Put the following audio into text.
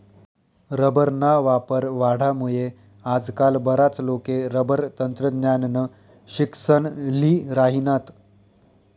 रबरना वापर वाढामुये आजकाल बराच लोके रबर तंत्रज्ञाननं शिक्सन ल्ही राहिनात